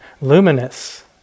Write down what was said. luminous